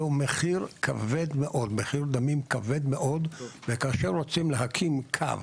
זהו מחיר דמים כבד מאוד, וכאשר רוצים להקים קו